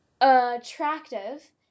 attractive